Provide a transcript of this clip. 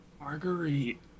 Marguerite